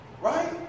Right